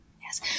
Yes